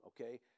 okay